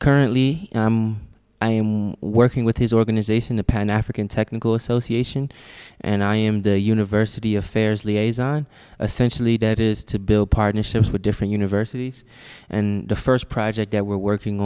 currently i am working with his organization the pan african technical association and i am the university affairs liaison essentially that is to build partnerships with different universities and the first project that we're working